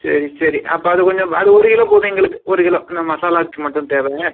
சரி சரி அப்போ அது கொஞ்சம் அது ஒரு கிலோ போதும் எங்களுக்கு ஒரு கிலோ அந்த மசாலாவுக்கு மட்டும் தேவை